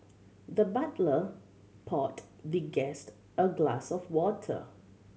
the butler poured the guest a glass of water